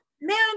man